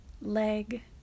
leg